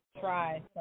try